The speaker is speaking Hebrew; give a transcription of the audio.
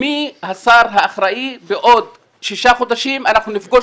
מי השר האחראי כך שבעוד שישה חודשים נפגוש